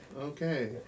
Okay